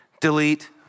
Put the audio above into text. delete